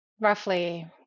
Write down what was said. roughly